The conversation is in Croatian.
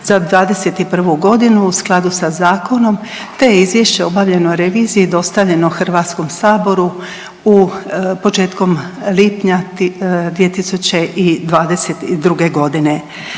za '21. godinu u skladu sa zakonom te je izvješće o obavljenoj reviziji dostavljeno Hrvatskom saboru u, početkom lipnja 2022. godine.